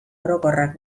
orokorrak